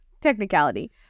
technicality